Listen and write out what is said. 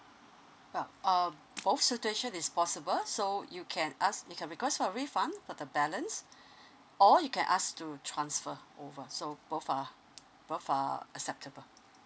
well um both situation is possible so you can ask you can request for refund for the balance or you can ask to transfer over so both are both are acceptable